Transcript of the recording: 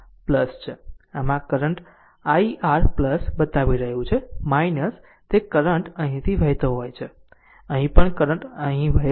આમ current i r બતાવી રહ્યું છે તે કરંટ અહીંથી વહેતો હોય છે અહીં પણ કરંટ અહીંથી વહે છે